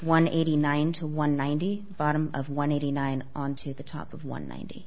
one eighty nine to one ninety bottom of one eighty nine on to the top of one ninety